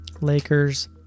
Lakers